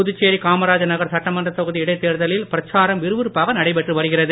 புதுச்சேரி காமராஜர் நகர் சட்டமன்றத் தொகுதி இடைத்தேர்தலில் பிரச்சாரம் விறுவிறுப்பாக நடைபெற்று வருகிறது